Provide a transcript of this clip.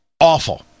awful